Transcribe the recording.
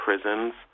prisons